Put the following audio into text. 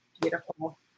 Beautiful